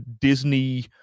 Disney